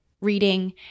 reading